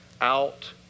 out